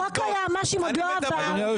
חוק היועצים המשפטיים עוד לא עבר,